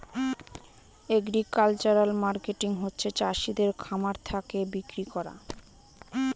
agricultural marketing হচ্ছে চাষিদের খামার থাকে বিক্রি করা